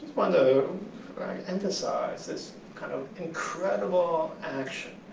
want to emphasize this kind of incredible action,